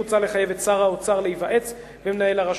מוצע לחייב את שר האוצר להיוועץ במנהל הרשות,